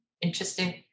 interesting